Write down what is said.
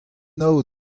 nav